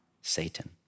Satan